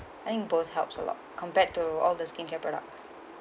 I think both helps a lot compared to all the skincare products